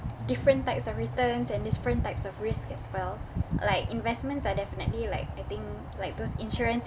different types of returns and different types of risk as well like investments I definitely like I think like those insurance